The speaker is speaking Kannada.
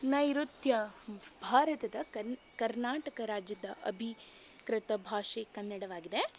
ನೈರುತ್ಯ ಭಾರತದ ಕರ್ನಾಟಕ ರಾಜ್ಯದ ಅಧಿಕೃತ ಭಾಷೆ ಕನ್ನಡವಾಗಿದೆ